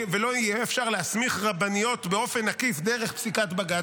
לא יהיה אפשר להסמיך רבניות באופן עקיף דרך פסיקת בג"ץ,